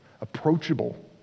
approachable